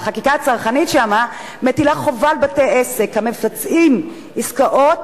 החקיקה הצרכנית מטילה חובה על בתי-עסק המבצעים עסקאות